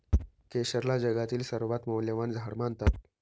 केशरला जगातील सर्वात मौल्यवान झाड मानतात